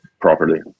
properly